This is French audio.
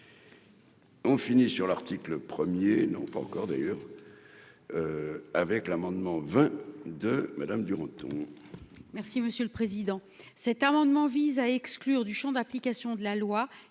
On finit sur l'article 1er n'ont pas encore d'ailleurs avec l'amendement vingt de Madame Duranton.